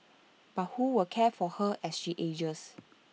but who will care for her as she ages